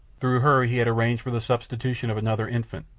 through her he had arranged for the substitution of another infant,